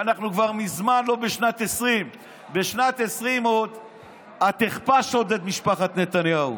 אנחנו כבר מזמן לא בשנת 2020. בשנת 2020 את עוד הכפשת את משפחת נתניהו.